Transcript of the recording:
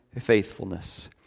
faithfulness